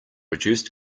reduced